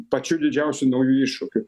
pačių didžiausių naujų iššūkių